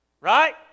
Right